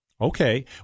Okay